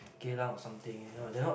Geylang or something you know they not